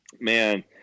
Man